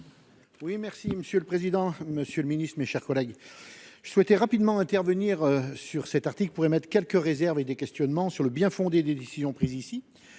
Oui, merci Monsieur. Le président, Monsieur le Ministre, mes chers collègues. Je souhaitais rapidement intervenir sur cet article pour émettre quelques réserves et des questionnements sur le bien-fondé des décisions prises ici